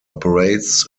operates